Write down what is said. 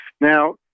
Now